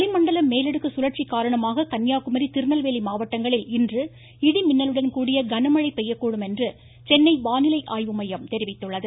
வளிமண்டல மேலடுக்கு சுழற்சி காரணமாக கன்னியாகுமரி திருநெல்வேலி மாவட்டங்களில் இன்று இடி மின்னலுடன் கூடிய கனமழை பெய்யக்கூடும் என்று சென்னை வானிலை ஆய்வு மையம் தெரிவித்துள்ளது